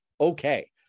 okay